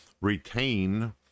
retain